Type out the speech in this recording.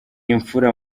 impfura